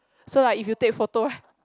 so like if you take photo right